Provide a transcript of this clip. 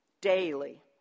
daily